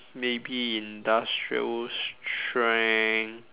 maybe industrial strength